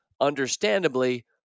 understandably